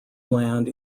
land